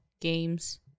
games